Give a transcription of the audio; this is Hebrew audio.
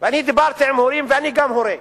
אני דיברתי עם הורים, ואני גם הורה.